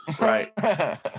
Right